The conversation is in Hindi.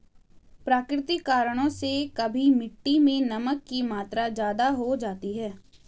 प्राकृतिक कारणों से कभी मिट्टी मैं नमक की मात्रा ज्यादा हो जाती है